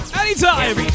anytime